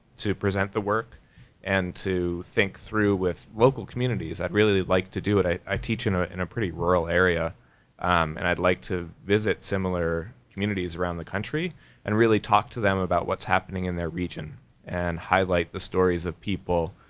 to present the work and to think through with local communities. i'd really like to do it i teach in ah in a pretty rural area and i'd like to visit similar communities around the country and really talk to them about what's happening in their region and highlight the stories of people